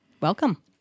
Welcome